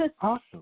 Awesome